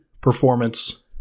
performance